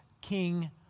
King